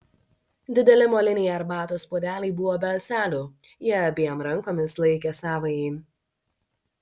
dideli moliniai arbatos puodeliai buvo be ąselių ji abiem rankomis laikė savąjį